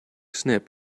snip